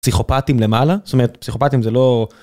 פסיכופטים למעלה, זאת אומרת פסיכופטים זה לא.